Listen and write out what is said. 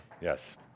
Yes